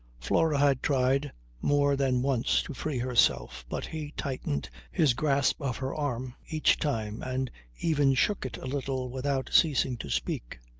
flora had tried more than once to free herself, but he tightened his grasp of her arm each time and even shook it a little without ceasing to speak.